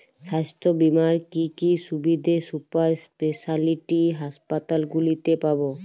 স্বাস্থ্য বীমার কি কি সুবিধে সুপার স্পেশালিটি হাসপাতালগুলিতে পাব?